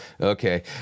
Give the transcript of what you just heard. Okay